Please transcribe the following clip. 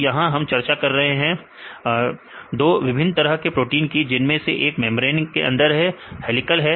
तो यहां हम चर्चा कर रहे हैं दोस्त विभिन्न तरह के प्रोटीन की जिनमें से एक मेंब्रेन के अंदर है और हेलिकल है